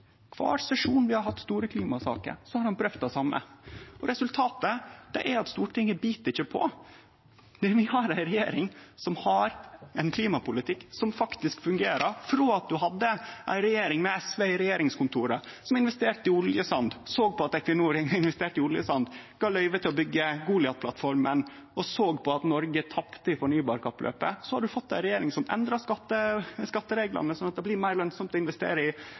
Kvar sesjon vi har hatt store klimasaker, har han prøvd på det same. Resultatet er at Stortinget ikkje bit på. Vi har ei regjering som har ein klimapolitikk som faktisk fungerer. Frå at ein hadde ei regjering med SV i regjeringskontora – som såg på at Equinor investerte i oljesand, gav løyve til å byggje Goliat-plattforma og såg på at Noreg tapte i fornybarkappløpet – har ein fått ei regjering som endrar skattereglane sånn at det blir meir lønsamt å investere i